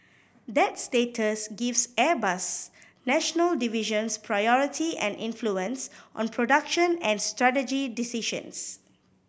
that status gives Airbus's national divisions priority and influence on production and strategy decisions